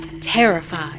terrified